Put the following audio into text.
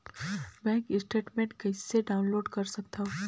Bank statement कइसे download कर सकथव?